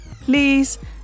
please